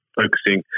focusing